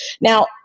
Now